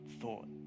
thought